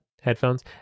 Headphones